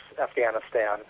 Afghanistan